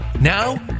Now